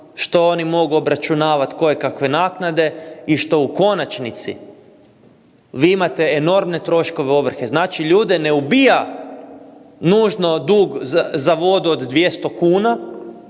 što oni mogu obračunavati kojekakve naknade i što u konačnici, vi imate enormne troškove ovrhe, znači ljude ne ubija nužno dug za vodu od 200 kuna,